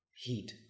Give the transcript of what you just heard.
Heat